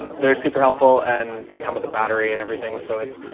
um they're super helpful and they come with a battery and everything. so it's,